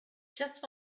just